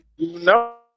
No